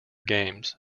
games